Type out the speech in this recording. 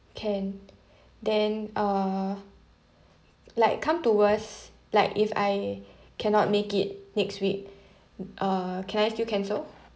can then uh like come to worst like if I cannot make it next week uh can I still cancel